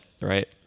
right